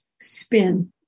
spin